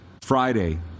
friday